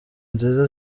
nziza